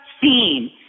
seen